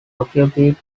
occupied